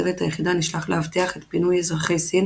צוות היחידה נשלח לאבטח את פינוי אזרחי סין